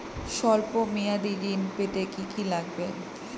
সল্প মেয়াদী ঋণ পেতে কি কি লাগবে?